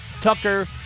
Tucker